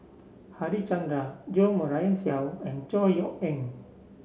Harichandra Jo Marion Seow and Chor Yeok Eng